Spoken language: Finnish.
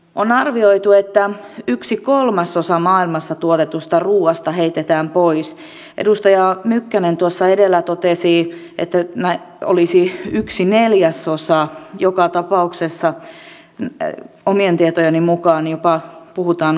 on arvioitu että yksi kolmasosa maailmassa tuotetusta ruuasta heitetään pois edustaja mykkänen tuossa edellä totesi että se olisi yksi neljäsosa omien tietojeni mukaan puhutaan jopa kolmasosasta